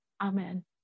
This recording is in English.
Amen